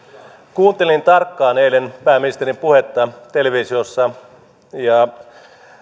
kuuntelin tarkkaan eilen pääministerin puhetta televisiossa ja